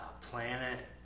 planet